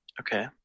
Okay